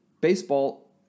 baseball